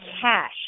cash